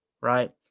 right